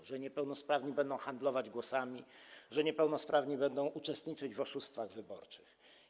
Tym, że niepełnosprawni będą handlować głosami, że niepełnosprawni będą uczestniczyć w oszustwach wyborczych.